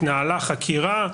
התנהלה חקירה.